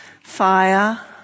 Fire